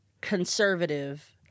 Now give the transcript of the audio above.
conservative